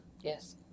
Yes